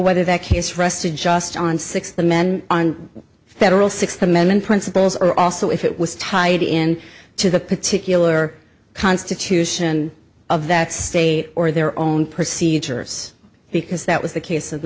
whether that case rested just on six the men on federal sixth amendment principles or also if it was tied in to the particular constitution of that state or their own procedures because that was the case